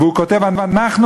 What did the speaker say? והוא כותב: אנחנו,